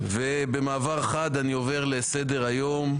במעבר חד, אני עובר לסדר-היום.